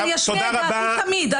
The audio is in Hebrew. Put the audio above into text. אשמיע את עמדתי תמיד.